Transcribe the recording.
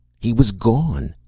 he was gone!